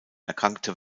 erkrankte